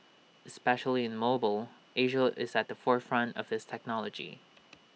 especially in mobile Asia is at the forefront of this technology